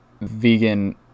vegan